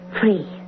free